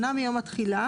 שנה מיום התחילה,